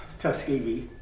Tuskegee